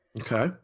Okay